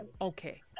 Okay